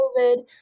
COVID